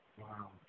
Wow